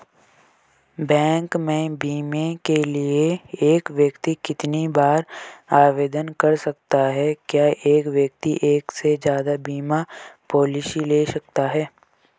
Bank में बीमे के लिए एक व्यक्ति कितनी बार आवेदन कर सकता है क्या एक व्यक्ति एक से ज़्यादा बीमा पॉलिसी ले सकता है?